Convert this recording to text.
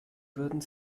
würde